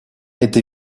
это